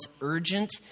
urgent